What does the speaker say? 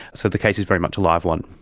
so the case is very much a live one.